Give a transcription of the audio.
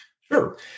Sure